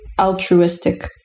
altruistic